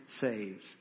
saves